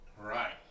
Right